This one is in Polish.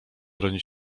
broni